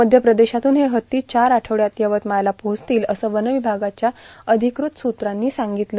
मध्य प्रदेशातून हे हत्ती चार आठवडयात यवतमाळला पोहोचतील असं वन विभागाच्या अधिकृत सूत्रांनी सांगितलं